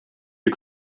you